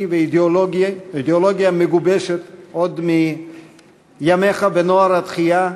ואידיאולוגיה מגובשת עוד מימיך ב"נוער התחיה",